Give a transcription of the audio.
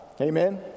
Amen